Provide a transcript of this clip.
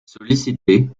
sollicité